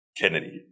Kennedy